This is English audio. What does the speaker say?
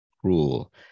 cruel